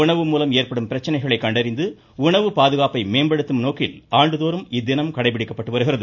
உணவு மூலம் ஏற்படும் பிரச்சனைகளை கண்டறிந்து உணவு பாதுகாப்பை மேம்படுத்ததும் நோக்கில் ஆண்டுதோறும் இத்தினம் கடைபிடிக்கப்பட்டு வருகிறது